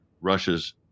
Russia's